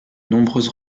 nombreuses